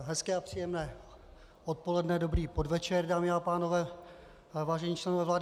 Hezké a příjemné odpoledne, dobrý podvečer, dámy a pánové, vážení členové vlády.